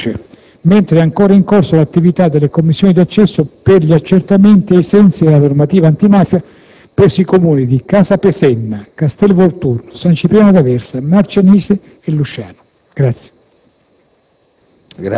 e Casaluce, mentre è ancora in corso l'attività delle commissioni d'accesso per gli accertamenti ai sensi della normativa antimafia presso i Comuni di Casapesenna, Castel Volturno, San Cipriano d'Aversa, Marcianise e Lusciano. [BRUTTI